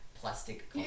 plastic